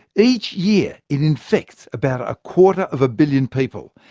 each year, it infects about a quarter of a billion people,